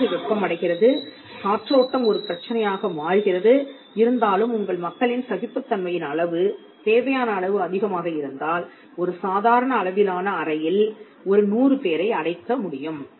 காற்று வெப்பமடைகிறது காற்றோட்டம் ஒரு பிரச்சனையாக மாறுகிறது இருந்தாலும் உங்கள் மக்களின் சகிப்புத்தன்மையின் அளவு தேவையான அளவு அதிகமாக இருந்தால் ஒரு சாதாரண அளவிலான உங்கள் அறையில் ஒரு நூறு பேரை அடைக்க முடியும்